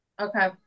Okay